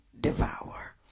devour